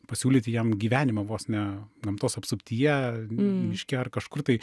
pasiūlyti jiem gyvenimą vos ne gamtos apsuptyje miške ar kažkur tai